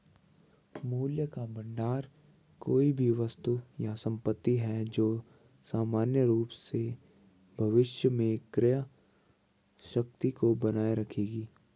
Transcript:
मूल्य का भंडार कोई भी वस्तु या संपत्ति है जो सामान्य रूप से भविष्य में क्रय शक्ति को बनाए रखेगी